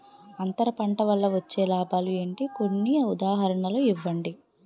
అంతర పంట వల్ల వచ్చే లాభాలు ఏంటి? కొన్ని ఉదాహరణలు ఇవ్వండి?